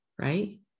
right